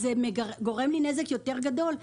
זה גורם לי נזק גדול יותר.